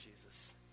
Jesus